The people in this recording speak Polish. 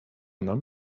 nam